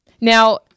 Now